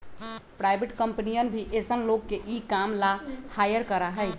private कम्पनियन भी ऐसन लोग के ई काम ला हायर करा हई